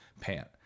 pant